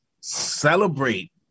celebrate